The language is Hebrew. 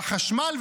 והחשמל,